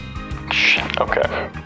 Okay